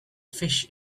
fish